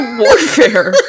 warfare